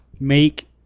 make